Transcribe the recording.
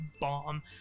bomb